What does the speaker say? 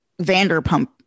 Vanderpump